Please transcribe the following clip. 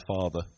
Father